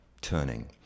turning